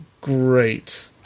Great